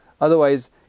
Otherwise